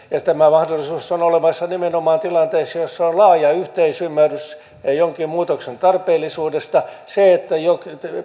ja tämä mahdollisuus on olemassa nimenomaan tilanteissa joissa on laaja yhteisymmärrys jonkin muutoksen tarpeellisuudesta se että jo